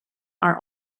are